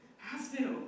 hospital